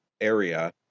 area